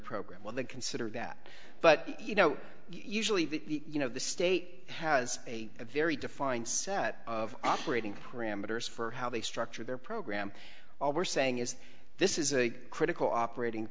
program when they consider that but you know usually the you know the state has a very defined set of operating parameters for how they structure their program all we're saying is this is a critical operating